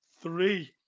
three